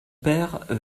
père